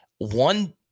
one